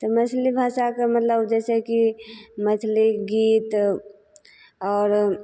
तऽ मैथिली भाषाके मतलब जैसेकि मैथिली गीत आओर